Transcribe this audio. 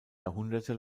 jahrhunderte